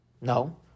No